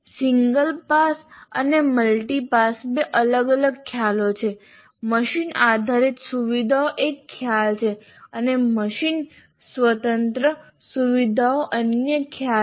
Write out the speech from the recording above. single pass અને multi pass બે અલગ અલગ ખ્યાલો છે મશીન આધારિત સુવિધાઓ એક ખ્યાલ છે અને મશીન સ્વતંત્ર સુવિધાઓ અન્ય ખ્યાલ છે